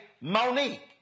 Monique